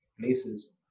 places